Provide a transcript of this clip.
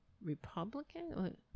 Republican